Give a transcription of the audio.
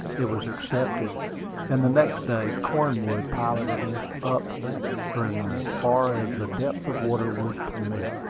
it was accepted and the next day cornwood piloted us up that stream as far as the depth of water would permit,